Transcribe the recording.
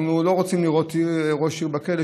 אנחנו לא רוצים לראות ראש עיר בכלא,